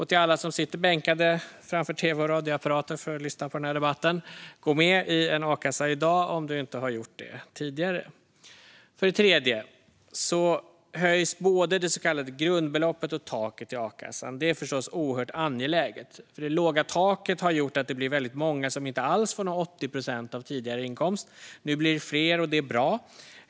Till alla som sitter bänkade framför tv och radioapparater för att lyssna på den här debatten: Gå med i en a-kassa i dag om ni inte har gjort det tidigare! För det tredje höjs både det så kallade grundbeloppet och taket i akassan. Det är förstås oerhört angeläget, för det låga taket har gjort att väldigt många inte alls får några 80 procent av sin tidigare inkomst. Nu blir det fler, och det är bra.